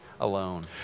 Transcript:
alone